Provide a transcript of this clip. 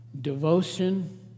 Devotion